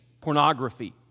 pornography